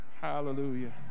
hallelujah